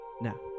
Now